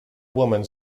woman